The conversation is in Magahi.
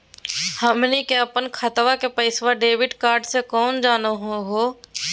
हमनी के अपन खतवा के पैसवा डेबिट कार्ड से केना जानहु हो?